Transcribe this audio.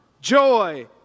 joy